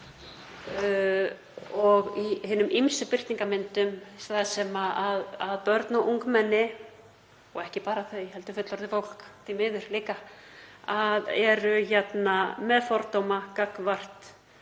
og í hinum ýmsu birtingarmyndum þar sem börn og ungmenni, og ekki bara þau heldur fullorðið fólk því miður líka, eru með fordóma gagnvart